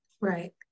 right